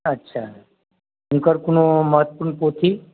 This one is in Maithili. अच्छा हुनकर कोनो महत्वपूर्ण पोथी